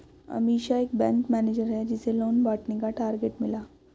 अमीषा एक bank manager है जिसे लोन बांटने का टारगेट मिला